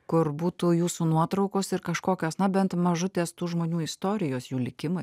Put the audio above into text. kur būtų jūsų nuotraukos ir kažkokios na bent mažutės tų žmonių istorijos jų likimai